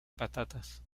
patatas